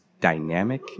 dynamic